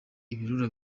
ibirura